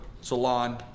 salon